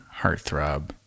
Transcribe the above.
heartthrob